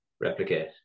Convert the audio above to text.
replicate